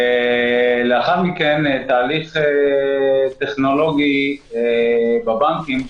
ולאחר מכן תהליך טכנולוגי בבנקים,